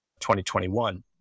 2021